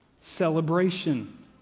celebration